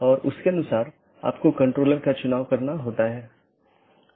इसलिए उद्देश्य यह है कि इस प्रकार के पारगमन ट्रैफिक को कम से कम किया जा सके